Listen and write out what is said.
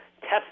test